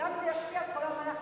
וגם זה ישפיע על כל המערכת.